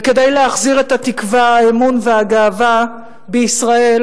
וכדי להחזיר את התקווה, האמון והגאווה בישראל,